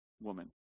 woman